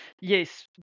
Yes